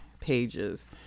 pages